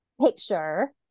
picture